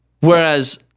Whereas